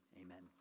Amen